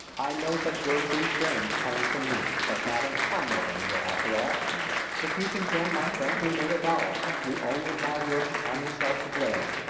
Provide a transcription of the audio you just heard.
i know such words seem strange, coming from me but, madam, i'm no angel, after all if you condemn my frankly made avowal you only have your charming self to blame.